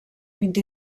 vint